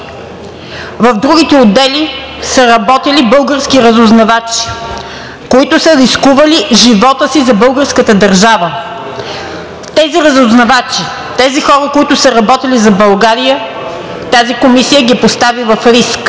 В другите отдели са работили български разузнавачи, които са рискували живота си за българската държава. Тези разузнавачи, тези хора, които са работили за България, тази комисия ги поставя в риск.